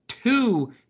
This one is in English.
Two